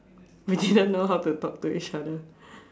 we didn't know how to talk to each other